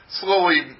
slowly